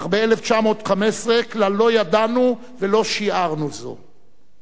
אך ב-1915 כלל לא ידענו ולא שיערנו זאת.